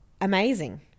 Amazing